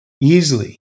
easily